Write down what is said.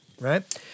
right